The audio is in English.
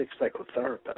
psychotherapist